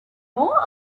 more